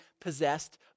possessed